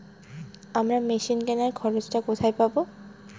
আমরা মেশিন কেনার খরচা কোথায় পাবো?